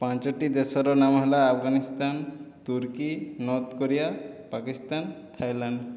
ପାଞ୍ଚଟି ଦେଶର ନାମ ହେଲା ଆଫଗାନିସ୍ତାନ ତୁର୍କୀ ନର୍ଥ କୋରିଆ ପାକିସ୍ତାନ ଥାଇଲାଣ୍ଡ